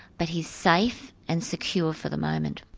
but he's safe and secure for the moment.